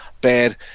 bad